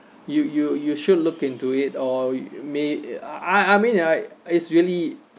you you you should look into it or may I I mean I it's really